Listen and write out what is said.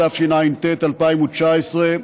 התשע"ט 2019,